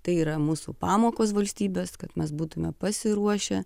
tai yra mūsų pamokos valstybės kad mes būtume pasiruošę